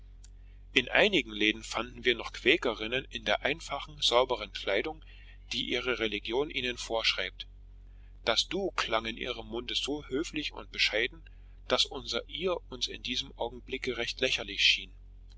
in einigen läden fanden wir noch quäkerinnen in der einfachen sauberen kleidung die ihre religion ihnen vorschreibt das du klang in ihrem munde so höflich und bescheiden daß unser ihr uns in dem augenblicke recht lächerlich schien